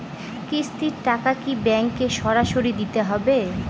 কিস্তির টাকা কি ব্যাঙ্কে সরাসরি দিতে হবে?